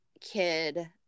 kid